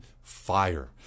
fire